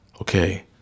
okay